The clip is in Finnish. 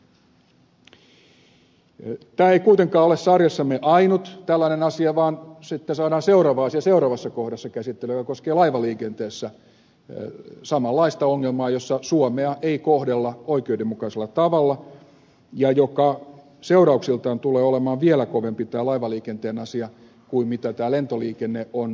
tämä ei kuitenkaan ole sarjassamme ainut tällainen asia vaan päiväjärjestyksen seuraavassa kohdassa sitten saadaan käsittelyyn asia joka koskee laivaliikenteen samanlaista ongelmaa jossa suomea ei kohdella oikeudenmukaisella tavalla ja joka seurauksiltaan tulee olemaan koko maan kannalta vielä kovempi kuin mitä tämä lentoliikenne on